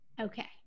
Okay